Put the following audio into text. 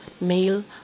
male